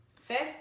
Fifth